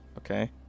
Okay